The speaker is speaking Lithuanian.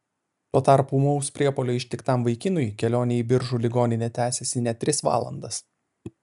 tuo tarpu ūmaus priepuolio ištiktam vaikinui kelionė į biržų ligoninę tęsėsi net tris valandas